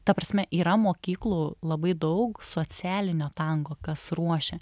ta prasme yra mokyklų labai daug socialinio tango kas ruošia